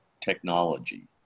technology